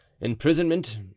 Imprisonment